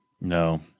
no